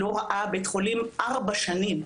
לא ראה בית חולים ארבע שנים.